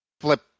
flip